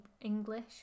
English